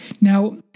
Now